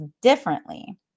differently